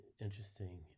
interesting